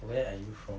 where are you from